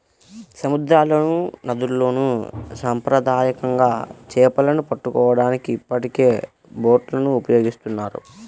సముద్రాల్లోనూ, నదుల్లోను సాంప్రదాయకంగా చేపలను పట్టుకోవడానికి ఇప్పటికే బోట్లను ఉపయోగిస్తున్నారు